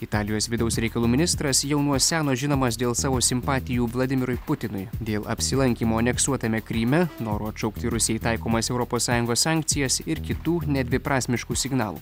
italijos vidaus reikalų ministras jau nuo seno žinomas dėl savo simpatijų vladimirui putinui dėl apsilankymo aneksuotame kryme noro atšaukti rusijai taikomas europos sąjungos sankcijas ir kitų nedviprasmiškų signalų